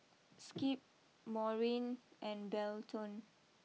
Skip Maurine and Belton